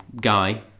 guy